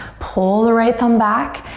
pull the right thumb back.